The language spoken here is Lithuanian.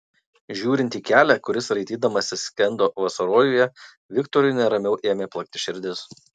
žiūrint į kelią kuris raitydamasis skendo vasarojuje viktorui neramiau ėmė plakti širdis